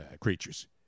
creatures